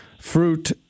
fruit